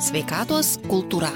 sveikatos kultūra